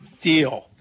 Deal